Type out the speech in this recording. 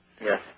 Yes